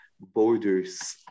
borders